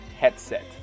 headset